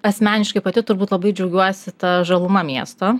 asmeniškai pati turbūt labai džiaugiuosi ta žaluma miesto